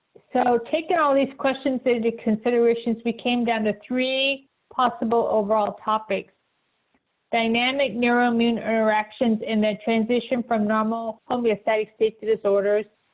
so, taking all these questions into considerations we came down to three possible overall topics dynamic neuro immune interactions in the transition from normal homeostatic state to disorders,